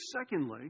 secondly